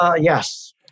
yes